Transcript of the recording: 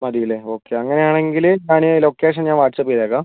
മതീലെ okay അങ്ങനെയാണെങ്കിൽ ഞാൻ location ഞാൻ വാട്ട്സാപ്പ ചെയ്തേക്കാം